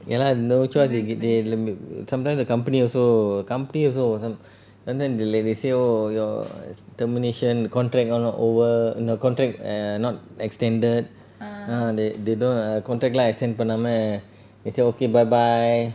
ya lah no choice you get the sometimes the company also company also some~ sometimes li~ like they say oh your termination contract all not over err no contract err not extended ah they don't contract lah extend பண்ணாம:pannama they say okay bye bye